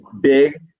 big